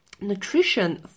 nutrition